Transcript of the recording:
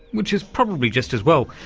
which is probably just as well,